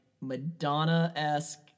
Madonna-esque